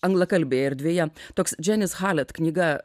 anglakalbėje erdvėje toks dženis halet knyga